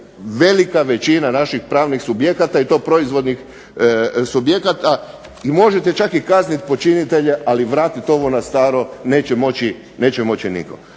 velika većina naših pravnih subjekata i to proizvodnih subjekata i možete čak i kazniti počinitelje ali vratiti ovo na staro neće moći nitko.